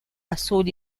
azul